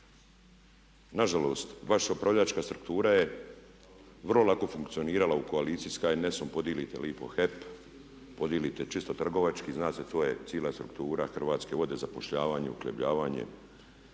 Nažalost vaša upravljačka struktura je vrlo lako funkcionirala u koaliciji s HNS-om, podijelite lipo HEP, podijelite čisto trgovački, zna se, to je cijela struktura Hrvatske vode, zapošljavanju, uhljebljivanje,